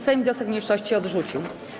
Sejm wniosek mniejszości odrzucił.